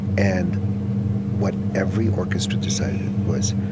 and what every orchestra decided was,